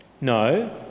No